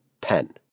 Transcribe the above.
pen